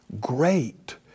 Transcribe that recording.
great